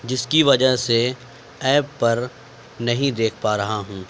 جس کی وجہ سے ایپ پر نہیں دیکھ پا رہا ہوں